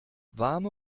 warme